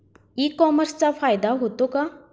E कॉमर्सचा फायदा होतो का?